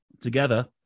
Together